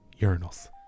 urinals